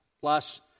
plus